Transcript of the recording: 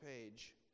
page